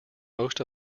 most